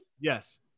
yes